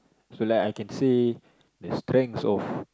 so like I can say the strengths of